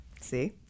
See